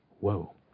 whoa